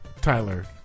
Tyler